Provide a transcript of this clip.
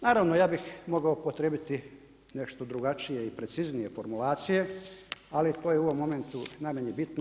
Naravno ja bih mogao upotrijebiti nešto drugačije i preciznije formulacije, ali to je u ovom momentu najmanje bitno.